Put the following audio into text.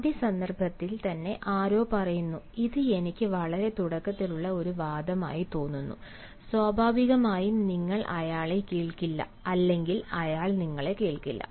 ആദ്യ സന്ദർഭത്തിൽ തന്നെ ആരോ പറയുന്നു ഇത് എനിക്ക് വളരെ തിടുക്കത്തിലുള്ള ഒരു വാദം ആയി തോന്നുന്നു സ്വാഭാവികമായും നിങ്ങൾ അയാളെ കേൾക്കില്ല അല്ലെങ്കിൽ അയാൾ നിങ്ങളെ കേൾക്കില്ല